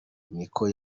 niko